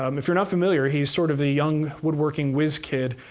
um if you're not familiar, he's sort of the young woodworking whiz kid,